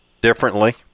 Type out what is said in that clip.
differently